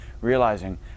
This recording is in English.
realizing